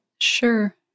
Sure